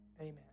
Amen